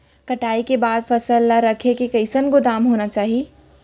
कटाई के बाद फसल ला रखे बर कईसन गोदाम होना चाही?